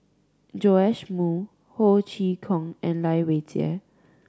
Joash Moo Ho Chee Kong and Lai Weijie